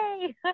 Yay